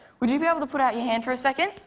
would you be able to put out your hand for a second?